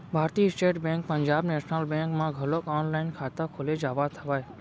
भारतीय state bank Punjab national bank म घलोक ऑनलाईन खाता खोले जावत हवय